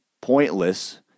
pointless